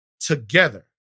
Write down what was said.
together